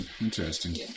Interesting